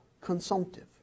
consumptive